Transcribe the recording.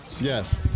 yes